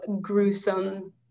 gruesome